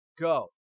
go